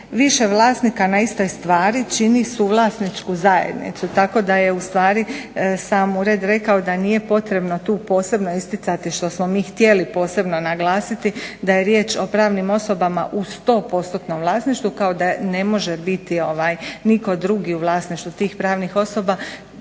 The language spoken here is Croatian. više vlasnika na istoj stvari čini suvlasničku zajednicu, tako da je u stvari sam Ured rekao da nije potrebno tu posebno isticati što smo mi htjeli posebno naglasiti da je riječ o pravnim osobama u sto postotnom vlasništvu kao da ne može biti nitko drugi u vlasništvu tih pravnih osoba